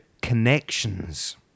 connections